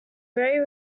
very